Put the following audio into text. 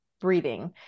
breathing